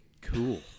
cool